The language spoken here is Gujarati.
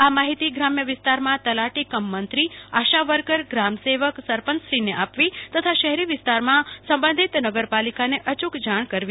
આ માહિતી ગ્રામ્ય વિસ્તારમાં તલાટી કમ મંત્રી આશાવર્કર ગ્રામસેવક સરપંચશ્રીને આપવી તથા શહેરી વિસ્તારમાં સબંઘિત નગરપાલિકાને અચૂક જાણ કરવી